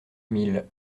mille